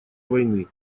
войны